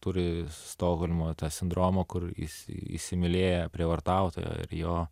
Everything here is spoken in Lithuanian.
turi stokholmo sindromą kur į įsimylėję prievartautoją ir jo